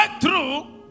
breakthrough